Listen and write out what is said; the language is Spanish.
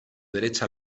derecha